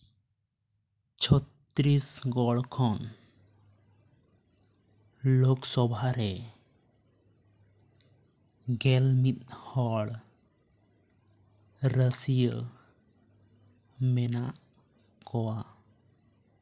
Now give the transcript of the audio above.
ᱪᱷᱚᱛᱛᱨᱤᱥᱜᱚᱲ ᱠᱷᱚᱱ ᱞᱳᱠᱥᱚᱵᱷᱟᱨᱮ ᱜᱮᱞ ᱢᱤᱫ ᱦᱚᱲ ᱨᱟᱹᱥᱭᱟᱹ ᱢᱮᱱᱟᱜ ᱠᱚᱣᱟ